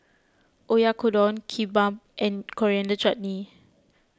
Oyakodon Kimbap and Coriander Chutney